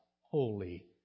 holy